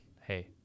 hey